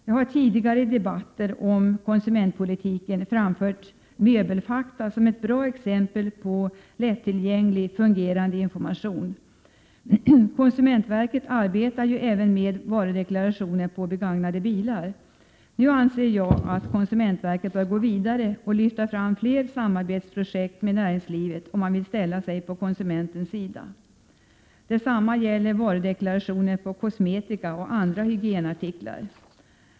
Jag har tidigare i debatter om konsumentpolitiken framhållit Möbelfakta som ett bra exempel på lättillgänglig, fungerande information. Konsumentverket arbetar även med varudeklarationer för begagnade bilar. Konsumentverket bör nu gå vidare med fler samarbetsprojekt med näringslivet om man vill ställa sig på konsumentens sida. Detsamma gäller varudeklarationer på kosmetika och andra hygienartiklar.